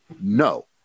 No